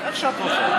איך שאת רוצה.